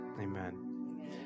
Amen